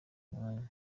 mwanya